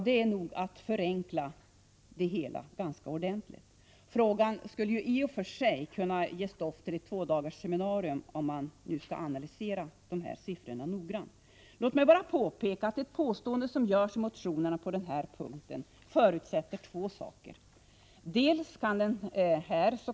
Det är nog att förenkla det hela ganska ordentligt. Frågan skulle i och för sig kunna ge stoff till ett tvådagarsseminarium om man nu skall analysera dessa siffror noggrant. Låt mig bara påpeka att det påstående som görs i motionerna på den här punkten förutsätter två saker. Dels kan den här.